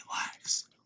relax